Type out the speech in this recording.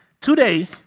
today